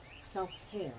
self-care